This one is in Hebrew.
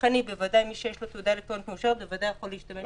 ולכן מי שיש לו תעודה אלקטרונית מאושרת בוודאי יכול להשתמש.